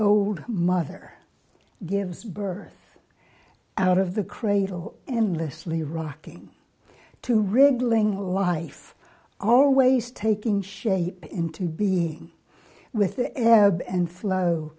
old mother gives birth out of the cradle endlessly rocking to riddling life always taking shape into being with the arab and flow